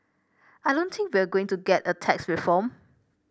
I don't think we're going to get tax reform